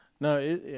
No